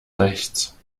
rechts